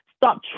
stop